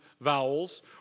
vowels